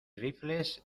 rifles